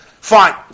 Fine